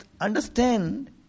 understand